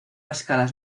escalas